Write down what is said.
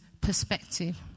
perspective